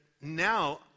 now